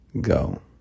go